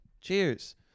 cheers